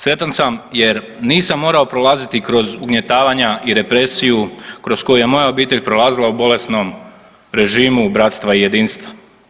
Sretan sam jer nisam morao prolaziti kroz ugnjetavanja i represiju, kroz koju je moja obitelj prolazila u bolesnom režimu bratstva i jedinstva.